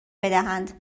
بدهند